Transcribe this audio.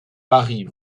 paris